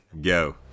go